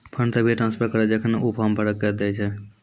fund तभिये transfer करऽ जेखन ऊ फॉर्म भरऽ के दै छै